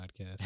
podcast